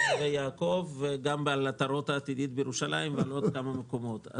יעקב וגם עטרות העתידית בירושלים ועוד כמה מקומות.